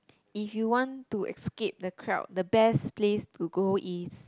if you want to escape the crowd the best place to go is